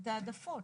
את ההעדפות.